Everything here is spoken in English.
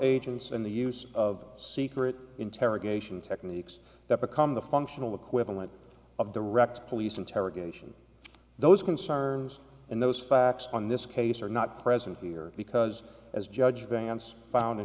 agents and the use of secret interrogation techniques that become the functional equivalent of direct police interrogation those concerns and those facts on this case are not present here because as judge dance found in